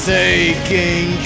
taking